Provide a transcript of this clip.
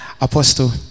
apostle